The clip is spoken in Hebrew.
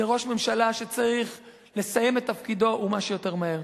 זה ראש ממשלה שצריך לסיים את תפקידו ומה שיותר מהר.